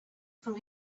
from